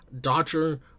dodger